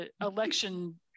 election